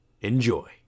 Enjoy